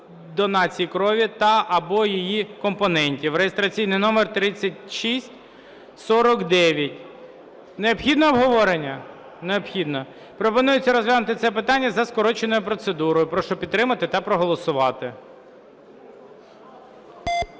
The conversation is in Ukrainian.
донації крові та (або) її компонентів (реєстраційний номер 3649). Необхідне обговорення? Необхідне. Пропонується розглянути це питання за скороченою процедурою. Прошу підтримати та проголосувати.